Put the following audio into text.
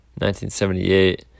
1978